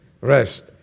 rest